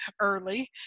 early